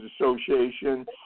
Association